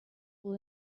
will